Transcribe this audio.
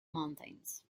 mountains